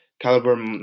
caliber